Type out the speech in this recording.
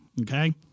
Okay